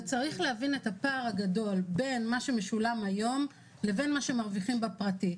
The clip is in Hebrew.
וצריך להבין את הפער הגדול בין מה שמשולם היום לבין מה שמשולם בפרטי.